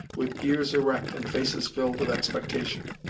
with ears erect and faces filled with expectation.